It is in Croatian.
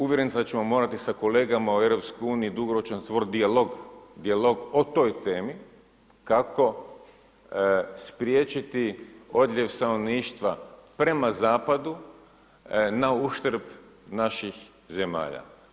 Uvjeren sam da ćemo morati sa kolegama u EU dugoročno otvoriti dijalog o toj temi kako spriječiti odljev stanovništva prema zapadu na uštrb naših zemalja.